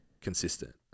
consistent